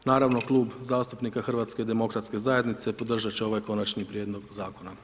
Naravno, klub zastupnika HDZ-a podržati će ovaj Konačni prijedlog Zakona.